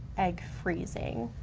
egg freezing.